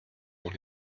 dans